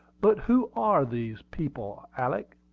but who are these people, alick?